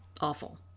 Awful